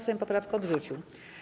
Sejm poprawkę odrzucił.